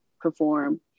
perform